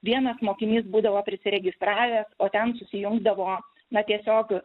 vienas mokinys būdavo prisiregistravęs o ten susijungdavo na tiesiog